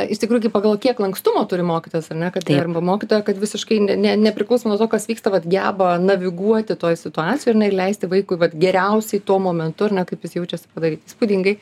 iš tikrųjų kai pagalvoji kiek lankstumo turi mokytojas ar ne kad arba mokytoja kad visiškai ne ne nepriklauso nuo to kas vyksta geba naviguoti toj situacijoj ir jinai leisti vaikui vat geriausiai tuo momentu ar ne kaip jis jaučiasi padaryt įspūdingai